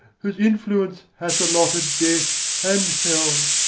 whose influence hath allotted death and hell,